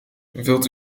wilt